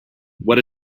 what